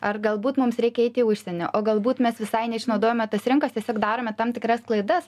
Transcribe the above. ar galbūt mums reikia eiti į užsienį o galbūt mes visai neišnaudojome tos rinkos tiesiog darome tam tikras klaidas